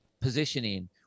positioning